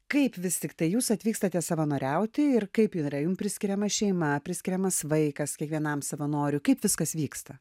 kaip vis tiktai jūs atvykstate savanoriauti ir kaip yra jums priskiriama šeima priskiriamas vaikas kiekvienam savanoriui kaip viskas vyksta